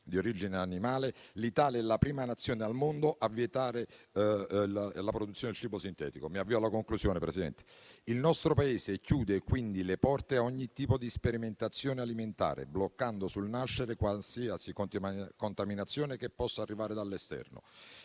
di origine animale, l'Italia è la prima Nazione al mondo a vietare la produzione del cibo sintetico. In conclusione, signor Presidente, il nostro Paese chiude quindi le porte a ogni tipo di sperimentazione alimentare, bloccando sul nascere qualsiasi contaminazione che possa arrivare dall'esterno.